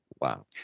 Wow